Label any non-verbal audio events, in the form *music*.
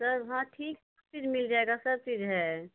sir हाँ ठीक *unintelligible* चीज मिल जाएगा सब चीज है